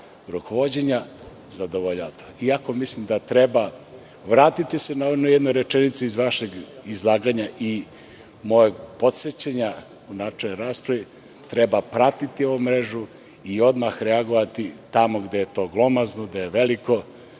rukovođenja zadovoljava to, iako mislim da treba vratiti na onu jednu rečenicu iz vašeg izlaganja i mog podsećanja u načelnoj raspravi, treba pratiti ovu mrežu i odmah reagovati tamo gde je to glomazno, gde je veliko,